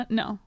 no